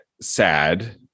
sad